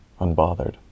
unbothered